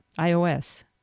iOS